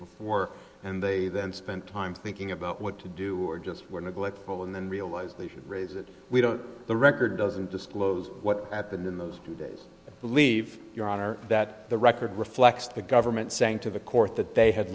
before and they then spent time thinking about what to do or just were neglectful and then realize they should raise it we don't the record doesn't disclose what at the in those days believe your honor that the record reflects the government saying to the court that they had